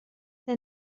the